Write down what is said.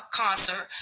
concert